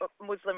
Muslim